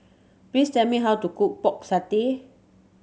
please tell me how to cook Pork Satay